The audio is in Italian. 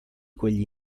quegli